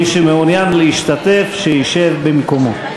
מי שמעוניין להשתתף ישב במקומו.